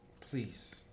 Please